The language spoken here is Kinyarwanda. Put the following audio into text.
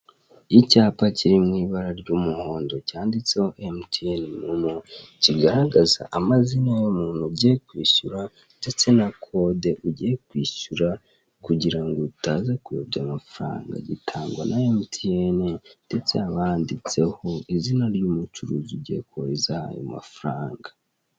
Icyapa kiri mu ibara ry'umuhondo cyanditseho emutiyene momo, kigaraga amazina y'umuntu ugiye kwishyura ndetse na kode ugiye kwishyura kugira ngo utaza kuyobya amafaranga. Gitangwa na emutiyene ndetse haba handitseho haba handitseho izina ry'umucuruzi ugiye koherezaho ayo mafaranga.